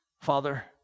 Father